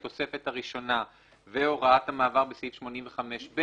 התוספת הראשונה והוראת המעבר בסעיף 85ב,